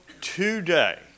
today